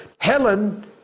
Helen